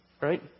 Right